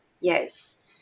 yes